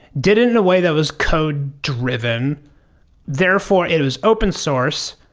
did it in a way that was code-driven. therefore, it it was open-source.